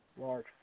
large